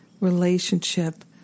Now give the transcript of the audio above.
relationship